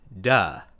duh